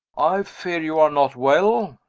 i fear you are not well,